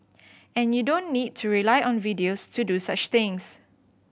and you don't need to rely on videos to do such things